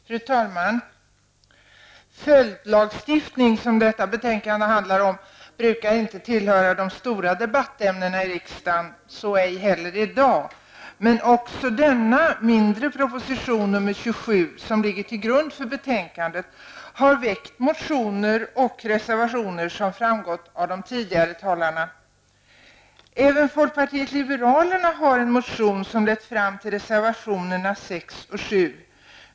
Fru talman! Följdlagstiftning, som detta betänkande handlar om, brukar inte tillhöra de stora debattämnena i riksdagen -- så ej heller i dag. Men även denna mindre proposition, nr 27, som ligger till grund för betänkandet har lett till motioner och reservationer, vilket har framgått av de tidigare talarna. Även folkpartiet liberalerna har en motion som har lett fram till reservationerna nr 6 och 7.